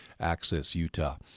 AccessUtah